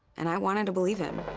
and i wanted to believe it.